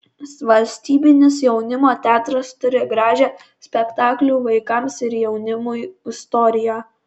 valstybinis jaunimo teatras turi gražią spektaklių vaikams ir jaunimui istoriją